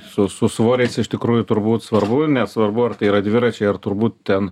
su su svoriais iš tikrųjų turbūt svarbu nesvarbu ar tai yra dviračiai ar turbūt ten